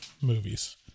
movies